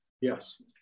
Yes